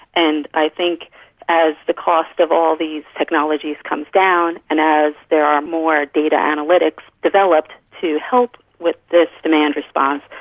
and i think as the cost of all these technologies comes down and as there are more data analytics developed to help with this demand response,